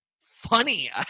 funny